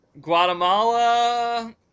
Guatemala